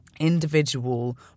individual